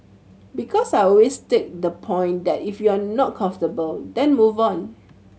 because I always take the point that if you're not comfortable then move on